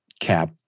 Cap